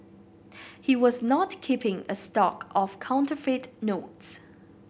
he was not keeping a stock of counterfeit notes